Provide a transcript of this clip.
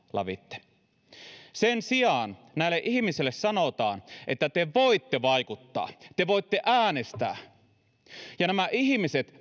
lävitse sen sijaan näille ihmisille sanotaan että te voitte vaikuttaa te voitte äänestää ja nämä ihmiset